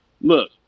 Look